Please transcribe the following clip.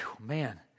Man